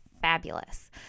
fabulous